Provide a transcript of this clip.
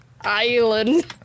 Island